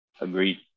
Agreed